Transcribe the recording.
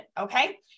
okay